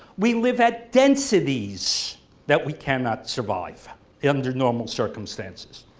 we live at densities that we cannot survive under normal circumstances,